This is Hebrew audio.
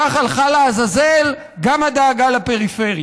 כך הלכה לעזאזל גם הדאגה לפריפריה.